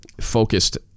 focused